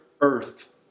earth